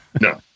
No